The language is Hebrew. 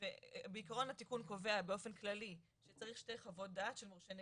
שבעיקרון התיקון קובע באופן כללי שצריך שתי חוות דעת של מורשי נגישות,